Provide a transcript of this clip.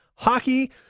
Hockey